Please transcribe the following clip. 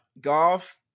Golf